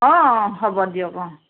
অ হ'ব দিয়ক অ